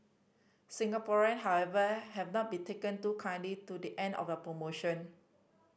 Singaporean however have not been taken too kindly to the end of the promotion